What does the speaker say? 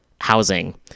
housing